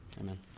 Amen